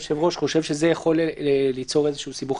היושב-ראש חושב שזה יכול ליצור איזשהו סיבוך,